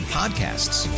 podcasts